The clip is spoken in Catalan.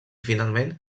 finalment